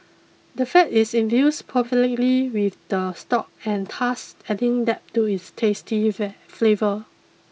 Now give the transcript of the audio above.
the fat is infused perfectly with the stock and thus adding depth to its tasty flavour